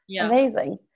amazing